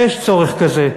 ויש צורך כזה,